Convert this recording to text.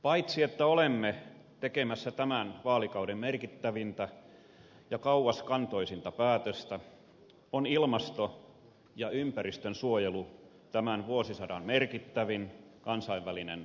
paitsi että olemme tekemässä tämän vaalikauden merkittävintä ja kauaskantoisinta päätöstä on ilmaston ja ympäristönsuojelu tämän vuosisadan merkittävin kansainvälinen haaste